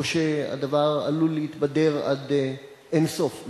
או שהדבר עלול להתבדר עד אין-סוף,